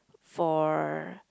for